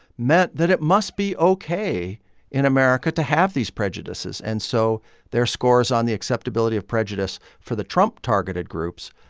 meant that it must be ok in america to have these prejudices. and so their scores on the acceptability of prejudice, for the trump-targeted groups,